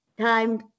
time